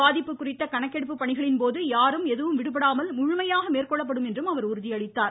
பாதிப்பு குறித்த கணக்கெடுப்பு பணிகளின்போது யாரும் எதுவும் விடுபடாமல் முழுமையாக மேற்கொள்ளப்படும் என்றும் அவர் உறுதியளித்தார்